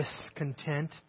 discontent